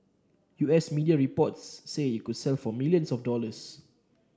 U S media reports say it could sell for million of dollars